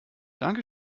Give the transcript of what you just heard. danke